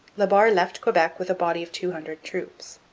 la barre left quebec with a body of two hundred troops.